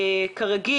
כרגיל,